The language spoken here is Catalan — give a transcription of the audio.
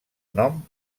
nom